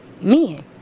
men